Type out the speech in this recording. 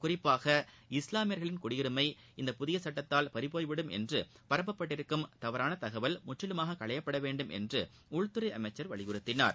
குறிப்பாக இஸ்லாமியர்களின் குடியுரிமை இந்த புதிய சுட்டத்தால் பறிபோய்விடும் என்று பரப்பபட்டிருக்கும் தவறான தகவல் முற்றிலுமாக களையப்படவேண்டும் என்று உள்துறை அமைச்சா் வலியுறுத்தினார்